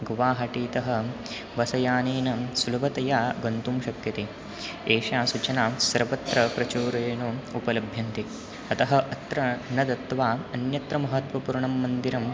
गुवाहटीतः bus यानेन सुलभतया गन्तुं शक्यते एषा सूचना सर्वत्र प्रचूरेणुम् उपलभ्यन्ते अतः अत्र न दत्वा अन्यत्र महत्त्वपूर्णं मन्दिरं